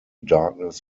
darkness